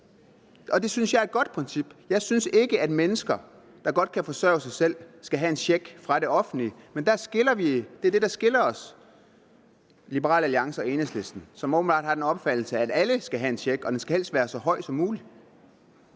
Det synes jeg er et godt princip. Jeg synes ikke, at mennesker, der godt kan forsørge sig selv, skal have en check fra det offentlige. Men det er det, der skiller Liberal Alliance og Enhedslisten. Enhedslisten har åbenbart den opfattelse, at alle skal have en check, og at den helst skal være så stor som mulig.